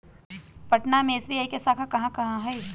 पटना में एस.बी.आई के शाखा कहाँ कहाँ हई